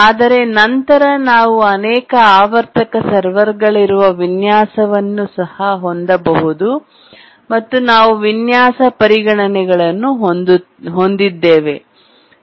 ಆದರೆ ನಂತರ ನಾವು ಅನೇಕ ಆವರ್ತಕ ಸರ್ವರ್ಗಳಿರುವ ವಿನ್ಯಾಸವನ್ನು ಸಹ ಹೊಂದಬಹುದು ಮತ್ತು ನಾವು ವಿನ್ಯಾಸ ಪರಿಗಣನೆಗಳು ಹೊಂದಿದ್ದೇವೆ